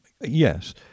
yes